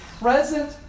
present